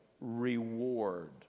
reward